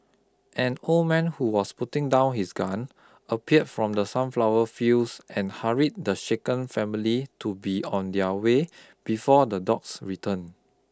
an old man who was putting down his gun appear from the sunflower fields and hurried the shaken family to be on their way before the dogs return